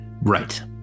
Right